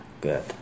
Good